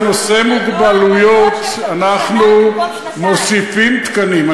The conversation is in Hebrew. בנושא מוגבלויות, אנחנו מוסיפים תקנים.